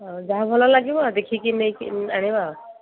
ଆଉ ଯାହା ଭଲ ଲାଗିବ ଦେଖିକି ନେଇକି ଆଣିବା ଆଉ